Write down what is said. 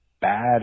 Bad